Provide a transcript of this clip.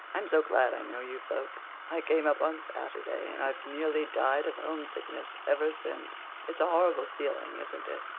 i'm so glad i know you folks. i came up on saturday and i've nearly died of homesickness ever since. it's a horrible feeling, isn't it?